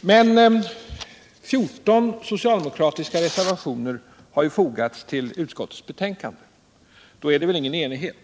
Men 14 socialdemokratiska reservationer har ju fogats till utskottsbetänkandet. Då är det väl ingen enighet?